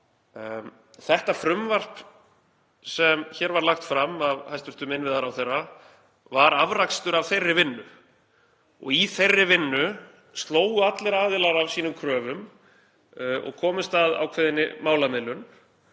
Það frumvarp sem hér var lagt fram af hæstv. innviðaráðherra er afrakstur af þeirri vinnu og í þeirri vinnu slógu allir aðilar af sínum kröfum og komust að ákveðinni málamiðlun.